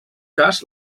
cas